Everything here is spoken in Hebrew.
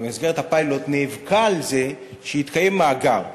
במסגרת הפיילוט, נאבקה על זה שיתקיים מאגר,